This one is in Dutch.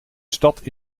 stad